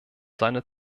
seine